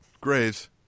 Graves